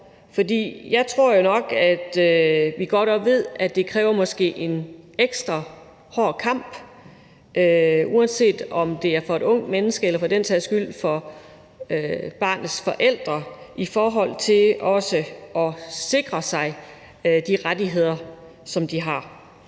jeg tror nok, at vi godt ved, at det måske kræver en ekstra hård kamp, uanset om det er for et ungt menneske, eller om det for den sags skyld er for barnets forældre i forhold til også at sikre sig de rettigheder, som de har.